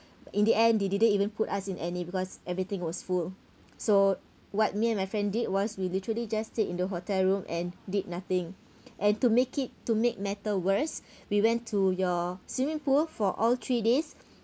in the end they didn't even put us in any because everything was full so what me and my friend did was we literally just stay in the hotel room and did nothing and to make it to make matter worse we went to your swimming pool for all three days